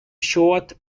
short